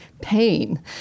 pain